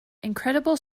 incredible